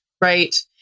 right